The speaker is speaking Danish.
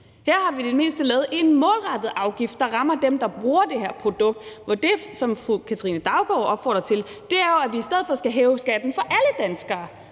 Her har vi i det mindste lavet en målrettet afgift, der rammer dem, der bruger det her produkt, hvor det, som fru Katrine Daugaard opfordrer til, jo er, at vi i stedet for skal hæve skatten for alle danskere.